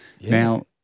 Now